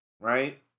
right